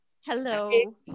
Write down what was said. Hello